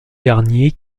garnier